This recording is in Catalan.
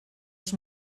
els